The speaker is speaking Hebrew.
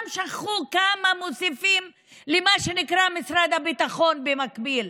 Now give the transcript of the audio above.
כולם שכחו כמה מוסיפים למה שנקרא משרד הביטחון במקביל.